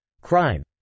Crime